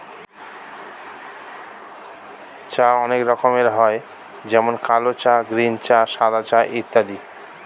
চা অনেক রকমের হয় যেমন কালো চা, গ্রীন চা, সাদা চা ইত্যাদি